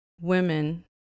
women